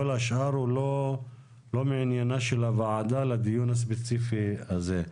כל השאר הוא לא מעניינה של הוועדה לדיון הספציפי הזה.